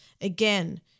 Again